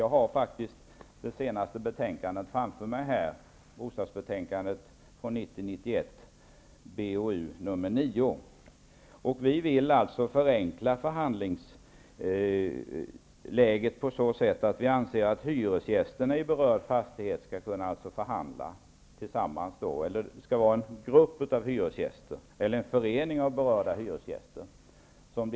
Jag har här det senaste betänkandet framför mig, 1990/91:BoU9. Vi vill förenkla förhandlingssystemet. Vi anser att hyresgästerna i berörd fastighet skall kunna förhandla. Det skall vara en grupp eller förening av berörda hyresgäster.